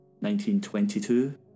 1922